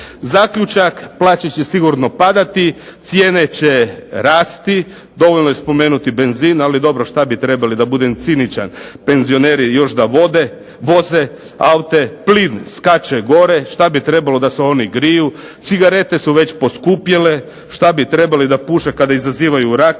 Zaključak. Plaće će sigurno padati. Cijene će rasti. Dovoljno je spomenuti benzin, ali dobro šta bi trebali da budem ciničan, penzioneri još da voze aute. Plin skače gore. Šta bi trebalo da se oni griju. Cigarete su već poskupjele. Šta bi trebali da puše kada izazivaju rak.